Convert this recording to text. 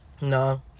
No